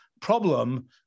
problem